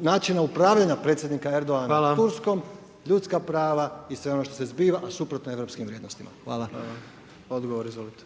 načina upravljanja Predsjednika Erdogana Turskom, ljudska prava i sve ono što se zbiva a suprotno je europskim vrijednostima. Hvala. **Jandroković,